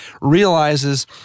realizes